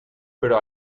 però